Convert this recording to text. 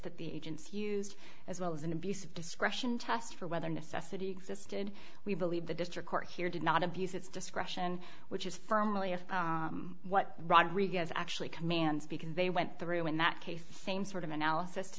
that the agents used as well as an abuse of discretion test for whether necessity existed we believe the district court here did not abuse its discretion which is thermally of what rodriguez actually commands because they went through in that case same sort of analysis to